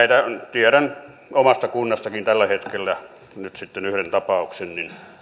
tiedän omastakin kunnasta tällä hetkellä nyt sitten yhden tapauksen